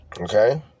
Okay